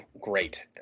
Great